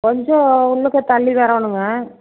கொஞ்சம் உள்ளுக்க தள்ளி வரணும்ங்க